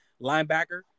linebacker